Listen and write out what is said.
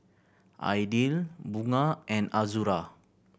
Aidil Bunga and Azura